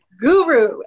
guru